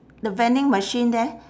the vending machine there